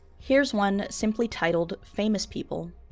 here's one simply titled famous people